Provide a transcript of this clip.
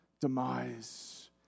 demise